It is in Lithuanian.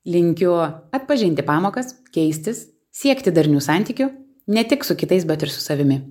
linkiu atpažinti pamokas keistis siekti darnių santykių ne tik su kitais bet ir su savimi